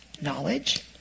knowledge